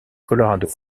colorado